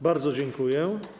Bardzo dziękuję.